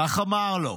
וכך אמר לו: